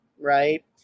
right